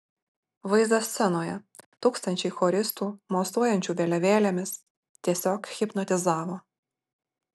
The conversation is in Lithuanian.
vaizdas scenoje tūkstančiai choristų mosuojančių vėliavėlėmis tiesiog hipnotizavo